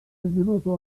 минуту